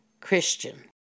Christian